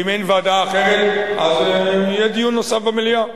אם אין ועדה אחרת אז יהיה דיון נוסף במליאה.